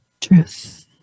truth